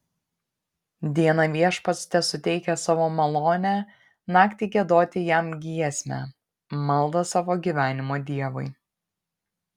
dieną viešpats tesuteikia savo malonę naktį giedoti jam giesmę maldą savo gyvenimo dievui